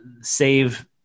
save